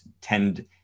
tend